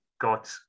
got